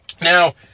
Now